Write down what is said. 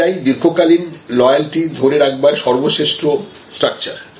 এটাই দীর্ঘকালীন লয়ালটি ধরে রাখবার সর্বশ্রেষ্ঠ স্ট্রাকচার